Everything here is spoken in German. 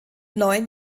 neun